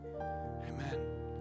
Amen